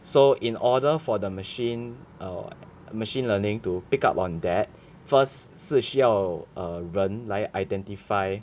so in order for the machine err machine learning to pick up on that first 是需要 err 人来 identify